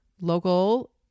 local